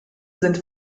sind